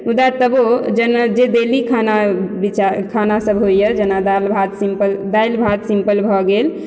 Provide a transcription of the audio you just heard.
मुदो तबो जे डेली खाना खाना सब होइ यऽ जेना दालि भात सिंपल दालि भात सिंपल भऽ गेल